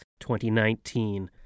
2019